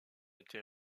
été